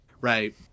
right